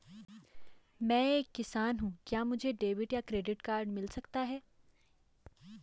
मैं एक किसान हूँ क्या मुझे डेबिट या क्रेडिट कार्ड मिल सकता है?